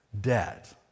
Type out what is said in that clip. Debt